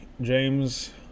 James